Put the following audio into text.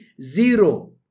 zero